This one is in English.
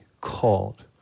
called